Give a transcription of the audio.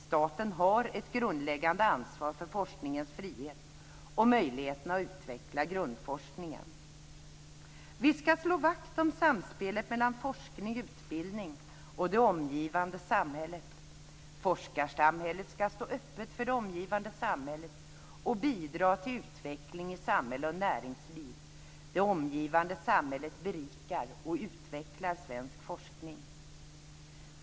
· Staten har ett grundläggande ansvar för forskningens frihet och möjligheterna att utveckla grundforskningen. · Vi ska slå vakt om samspelet mellan forskning och utbildning och det omgivande samhället. Forskarsamhället ska stå öppet för det omgivande samhället och bidra till utveckling i samhälle och näringsliv. Det omgivande samhället berikar och utvecklar svensk forskning.